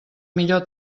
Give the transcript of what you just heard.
millor